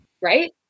right